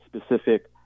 specific